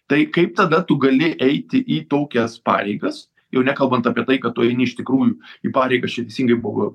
tai kaip tada tu gali eiti į tokias pareigas jau nekalbant apie tai kad tu eini iš tikrųjų į pareigas čia teisingai buvo